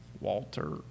Walter